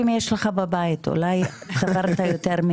האחת היא חובת דיווח